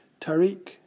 Tariq